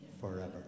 forever